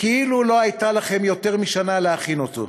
כאילו לא היה לכם יותר משנה להכין אותו.